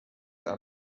out